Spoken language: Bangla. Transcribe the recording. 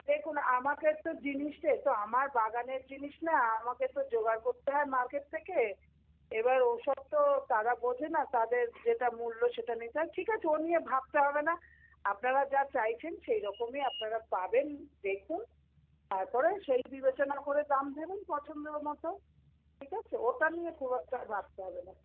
দেখুন আমাকে তো জিনিসটা এ তো আমার বাগানের জিনিস না আমাকে তো জোগাড় করতে হয় মার্কেট থেকে এবার ওসব তো তারা বোঝে না তাদের যেটা মূল্য সেটা নিতে হয় ঠিক আছে ও নিয়ে ভাবতে হবে না আপনারা যা চাইছেন সেইরকমই আপনারা পাবেন দেখুন তারপরে সেই বিবেচনা করে দাম দেবেন পছন্দমতো ঠিক আছে ওটা নিয়ে খুব একটা ভাবতে হবে না